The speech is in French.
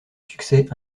succès